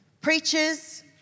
preachers